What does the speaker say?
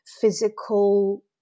physical